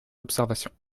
observations